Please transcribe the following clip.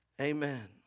Amen